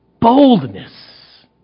boldness